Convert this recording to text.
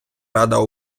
рада